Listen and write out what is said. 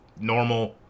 normal